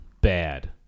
bad